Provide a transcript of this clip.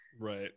right